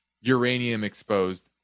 uranium-exposed